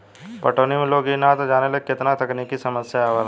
पटवनी में लोग इ ना जानेला की केतना तकनिकी समस्या आवेला